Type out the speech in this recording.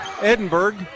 Edinburgh